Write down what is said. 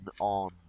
on